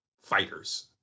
fighters